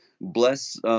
bless